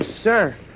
sir